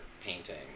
painting